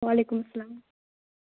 وعلیکُم سَلام